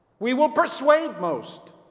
we will persuade most,